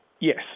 Yes